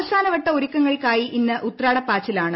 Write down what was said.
അവസാനവട്ട ഒരുക്കങ്ങൾക്കായി ഇന്ന് ഉത്രാടപ്പാച്ചിലാണ്